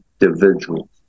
individuals